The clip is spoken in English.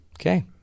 Okay